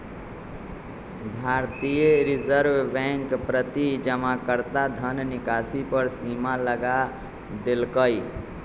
भारतीय reserve bank प्रति जमाकर्ता धन निकासी पर सीमा लगा देलकइ